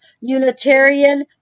Unitarian